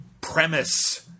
premise